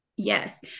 Yes